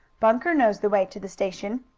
bunker knows the way to the station.